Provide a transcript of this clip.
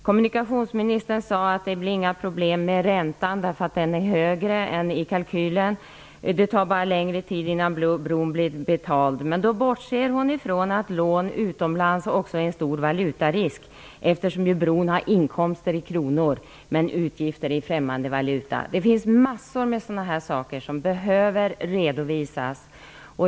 Kommunikationsministern sade att det inte blir några problem med räntan därför att den är högre än i kalkylen och att det bara tar längre tid innan bron blir betald. Men då bortser hon från att lån utomlands också innebär en stor valutarisk, eftersom ju bron får inkomster i kronor men utgifter i främmande valuta. Det finns massor av sådana här frågor som behöver redovisas.